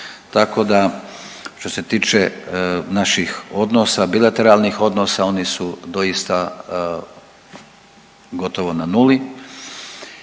Tako da što se tiče naših odnosa, bilateralnih odnosa oni su doista gotovo na nuli.